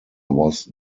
was